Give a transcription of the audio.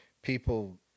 People